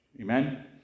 amen